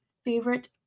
Favorite